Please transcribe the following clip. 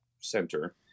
Center